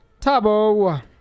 Tabo